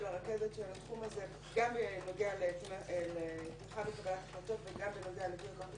הרכזת של התחום הזה גם בנוגע לתמיכה בקבלת החלטות וגם בנוגע ל ---,